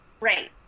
Right